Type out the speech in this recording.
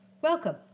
Welcome